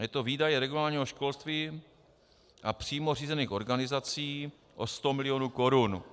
Je to výdaj regionálního školství a přímo řízených organizací o 100 mil. korun.